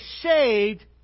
saved